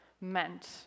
meant